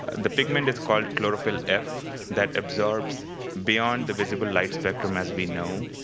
the pigment is called chlorophyll f that absorbs beyond the visible light spectrum as we know.